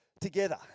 together